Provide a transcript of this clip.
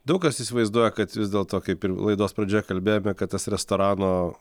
daug kas įsivaizduoja kad vis dėlto kaip ir laidos pradžioje kalbėjome kad tas restorano